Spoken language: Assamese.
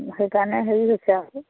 সেইকাৰণে হেৰি হৈছে আৰু